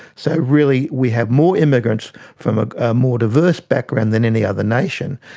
so really we have more immigrants from a more diverse background than any other nation,